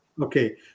Okay